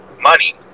money